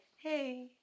hey